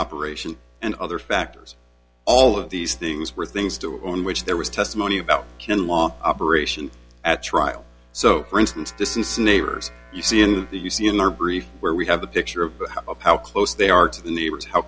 operation and other factors all of these things were things to own which there was testimony about kinlaw operation at trial so for instance distance neighbors you see in the you see in our brief where we have a picture of how close they are to the neighbors how